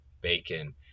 bacon